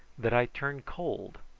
that i turned cold,